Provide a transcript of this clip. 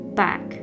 back